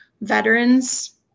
veterans